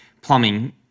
plumbing